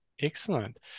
excellent